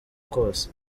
kose